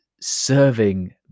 serving